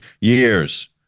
years